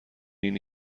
اینه